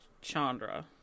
Chandra